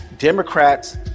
Democrats